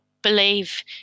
believe